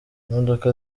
imodoka